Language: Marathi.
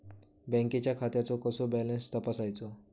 बँकेच्या खात्याचो कसो बॅलन्स तपासायचो?